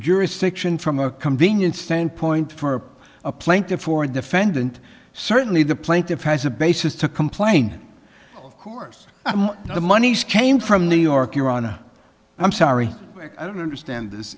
jurisdiction from a convenience standpoint for a plaintiff or a defendant certainly the plaintiff has a basis to complain of course the moneys came from new york you're on i'm sorry i don't understand